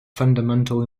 fundamental